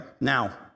Now